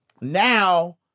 now